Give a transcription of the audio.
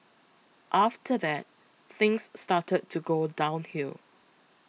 after that things started to go downhill